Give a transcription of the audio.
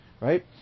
right